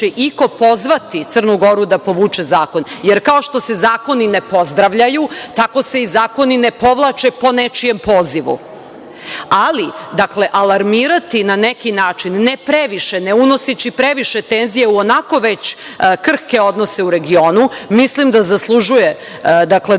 iko pozvati Crnu Goru da povuče zakon, jer kao što se zakoni ne pozdravljaju, tako se i zakoni ne povlače po nečijem pozivu, ali alarmirati, na neki način, ne previše, ne unoseći previše tenzije u onako već krhke odnose u regionu, mislim da zaslužuje da